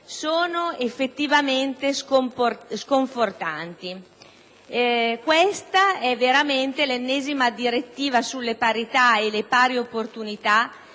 sono effettivamente sconfortanti. Questa è veramente l'ennesima direttiva sulla parità e le pari opportunità